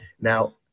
Now